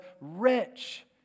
rich